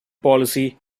policy